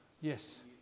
Yes